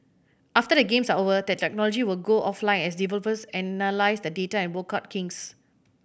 after the Games are over the technology will go offline as developers analyse the data and work out kinks